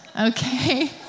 Okay